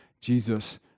Jesus